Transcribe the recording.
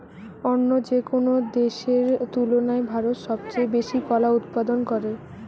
অন্য যেকোনো দেশের তুলনায় ভারত সবচেয়ে বেশি কলা উৎপাদন করে